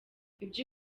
ibyo